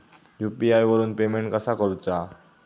UPI वरून payment कसा करूचा?